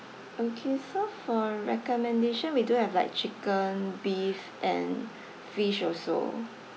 okay so for recommendation we do have like chicken beef and fish also